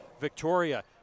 Victoria